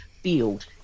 field